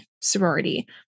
sorority